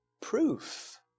proof